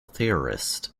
theorist